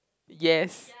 yes